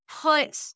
put